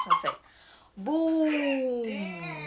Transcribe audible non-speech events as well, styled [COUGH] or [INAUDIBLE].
I was like [BREATH] boo